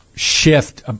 Shift